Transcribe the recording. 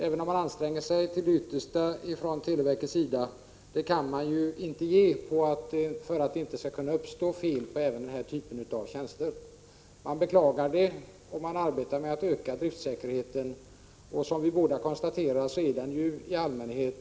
Även om man anstränger sig till det yttersta från televerkets sida, kan man inte ge någon hundraprocentig garanti för att det inte skall kunna uppstå fel när det gäller den här typen av tjänster. Man beklagar det, och man arbetar på att öka driftsäkerheten. Och som vi båda konstaterar är den ju i allmänhet